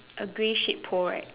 a grey shape pole right